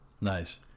Nice